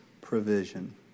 provision